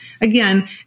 Again